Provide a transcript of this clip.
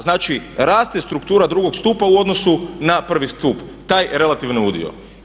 Znači raste struktura drugog stupa u odnosu na prvi stup, taj relativan udio.